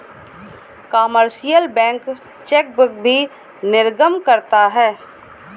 commercial bank chequebook भी निर्गम करता है